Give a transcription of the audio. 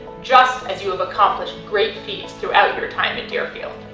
just as you have accomplished great feats throughout your time at deerfield.